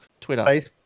Twitter